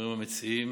חבריי המציעים,